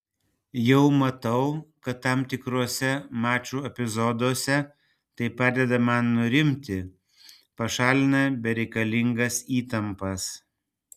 jau matau kad tam tikruose mačų epizoduose tai padeda man nurimti pašalina bereikalingas įtampas